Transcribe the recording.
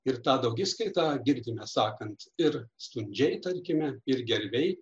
ir tą daugiskaitą girdime sakant ir stundžiai tarkime ir gervei